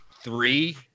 three